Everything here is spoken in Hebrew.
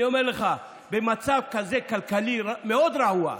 אני אומר לך, במצב כלכלי מאוד רעוע כזה,